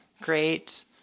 Great